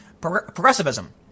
progressivism